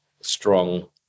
strong